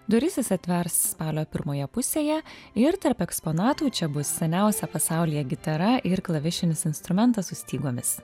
duris jis atvers spalio pirmoje pusėje ir tarp eksponatų čia bus seniausia pasaulyje gitara ir klavišinis instrumentas su stygomis